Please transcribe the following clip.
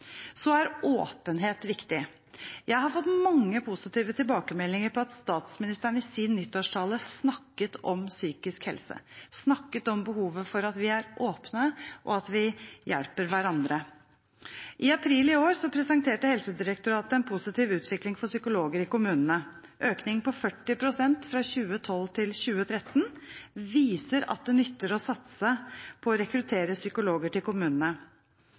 Så er åpenhet viktig. Jeg har fått mange positive tilbakemeldinger på at statsministeren i sin nyttårstale snakket om psykisk helse, snakket om behovet for at vi er åpne, og at vi hjelper hverandre. I april i år presenterte Helsedirektoratet en positiv utvikling for psykologer i kommunene. En økning på 40 pst. fra 2012 til 2013 viser at det nytter å satse på å rekruttere psykologer til kommunene.